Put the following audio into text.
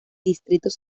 distritos